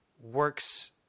works